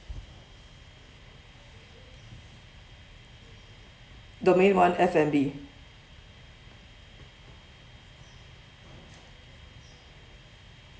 domain one F&B